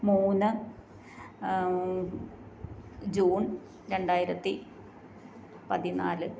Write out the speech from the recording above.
മൂന്ന് ജൂൺ രണ്ടായിരത്തി പതിനാല്